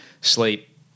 sleep